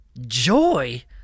Joy